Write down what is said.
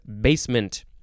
basement